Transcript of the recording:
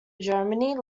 germany